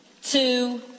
Two